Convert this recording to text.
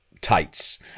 tights